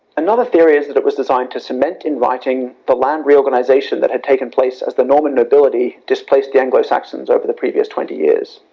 another theory is it was designed to cement in writing the land reorganization that had taken place as the norman nobility, displaced the anglo saxons over the previous twenty years.